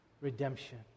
Redemption